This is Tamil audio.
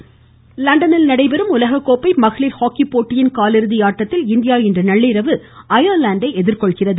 ஹாக்கி லண்டனில் நடைபெறும் உலகக்கோப்பை மகளிர் ஹாக்கி போட்டியின் காலிறுதியாட்டத்தில் இந்தியா இன்று நள்ளிரவு அயர்லாந்தை எதிர்கொள்கிறது